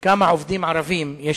סביר כי בהסכם הבין-לאומי הבא תחויב